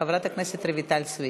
חברת הכנסת רויטל סויד,